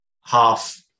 half